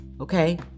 Okay